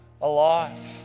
alive